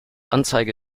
anzeige